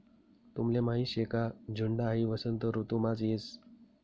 तुमले माहीत शे का झुंड हाई वसंत ऋतुमाच येस